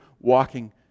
walking